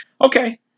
Okay